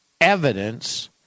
evidence